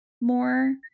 more